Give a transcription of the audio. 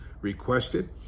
requested